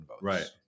Right